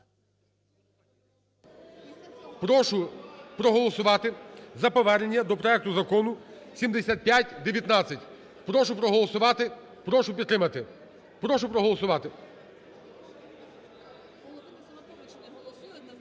Прошу проголосувати за повернення до проекту Закону 7519. Прошу проголосувати, прошу підтримати. Прошу проголосувати.